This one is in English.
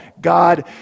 God